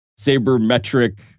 sabermetric